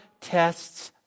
tests